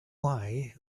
why